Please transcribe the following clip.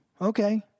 Okay